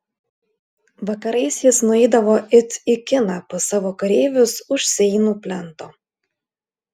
vakarais jis nueidavo it į kiną pas savo kareivius už seinų plento